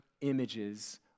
images